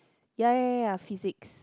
yeah yeah yeah physics